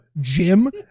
jim